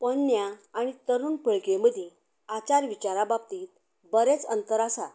पोरणें आनी तरूण पिळगे मदीं आचार विचारा बाबतीत बरेंच अंतर आसात